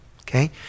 okay